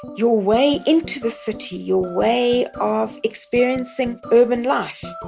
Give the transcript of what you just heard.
you're way into the city, you're way of experiencing urban life.